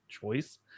choice